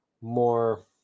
more